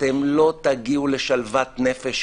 אתם לא תגיעו לשלוות נפש,